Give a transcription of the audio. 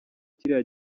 kiriya